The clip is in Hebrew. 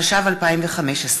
התשע"ו 2015,